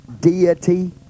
Deity